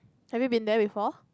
have you been there before